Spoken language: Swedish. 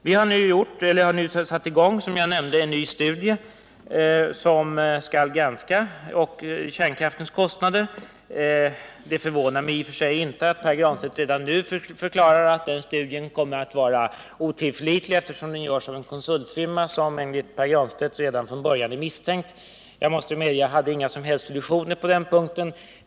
Vi har nu, som jag nämnt, satt i gång en ny studie som skall granska kärnkraftens kostnader. Det förvånar mig i och för sig inte att Pär Granstedt redan nu förklarar, att denna studie kommer att vara otillförlitlig, eftersom den görs av en konsultfirma som enligt Pär Granstedt redan från början är misstänkt. Jag måste medge att jag inte hade några som helst illusioner på den punkten.